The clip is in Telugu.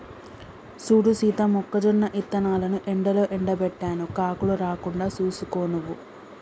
సూడు సీత మొక్కజొన్న ఇత్తనాలను ఎండలో ఎండబెట్టాను కాకులు రాకుండా సూసుకో నువ్వు